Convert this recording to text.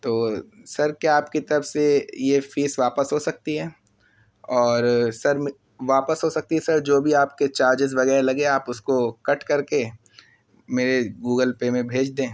تو سر کیا آپ کی طرف سے یہ فیس واپس ہو سکتی ہے اور سر واپس ہو سکتی ہے سر جو بھی آپ کے چارجز وغیرہ لگے ہیں آپ اس کو کٹ کر کے میرے گوگل پے میں بھیج دیں